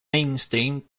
mainstream